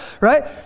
right